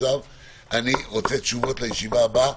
אני רוצה תשובות לישיבה הבאה,